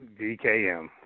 DKM